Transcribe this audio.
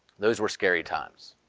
those were scary times.